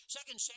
Second